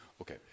Okay